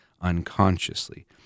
unconsciously